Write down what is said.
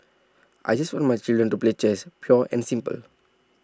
I just want my children to play chess pure and simple